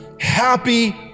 happy